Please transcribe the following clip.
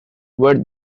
were